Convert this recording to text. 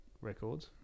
Records